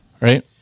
right